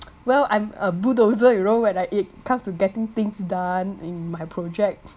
well I'm a bulldozer you know when I it comes to getting things done in my project